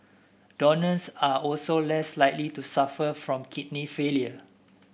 donors are also less likely to suffer from kidney failure